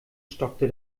stockte